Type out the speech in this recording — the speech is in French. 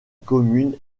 commune